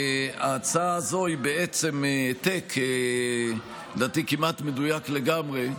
ההצעה הזו היא בעצם העתק, לדעתי כמעט מדויק לגמרי,